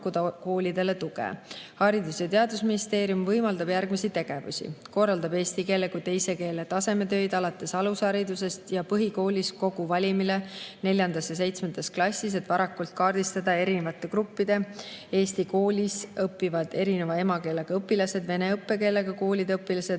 koolidele tuge. Haridus- ja Teadusministeerium võimaldab järgmisi tegevusi: korraldab eesti keele kui teise keele tasemetöid alates alusharidusest ja põhikoolis kogu valimile neljandas ja seitsmendas klassis, et varakult kaardistada erinevate gruppidena eesti koolis õppivad erineva emakeelega õpilased, vene õppekeelega koolide õpilased,